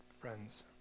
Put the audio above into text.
Friends